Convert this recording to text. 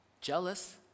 jealous